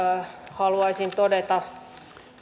haluaisin todeta